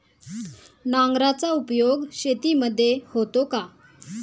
नांगराचा उपयोग शेतीमध्ये होतो का?